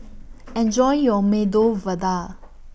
Enjoy your Medu Vada